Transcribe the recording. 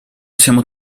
siamo